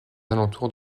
alentours